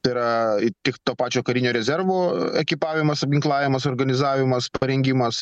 tai yra tik to pačio karinio rezervų ekipavimas apginklavimas organizavimas parengimas